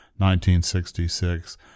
1966